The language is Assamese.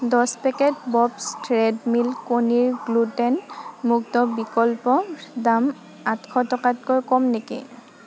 দহ পেকেট বব্ছ ৰেড মিল কণীৰ গ্লুটেন মুক্ত বিকল্পৰ দাম আঠশ টকাতকৈ কম নেকি